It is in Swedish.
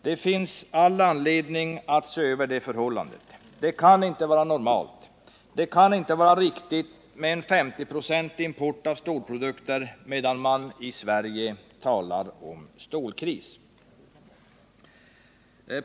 Det finns all anledning att se över dessa förhållanden. Det kan inte vara normalt eller riktigt med en 50-procentig import av stålprodukter medan man i Sverige talar om stålkris.